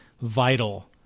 vital